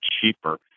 cheaper